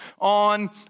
on